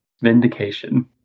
Vindication